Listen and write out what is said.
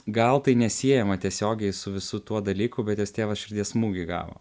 gal tai nesiejama tiesiogiai su visu tuo dalyku bet jos tėvas širdies smūgį gavo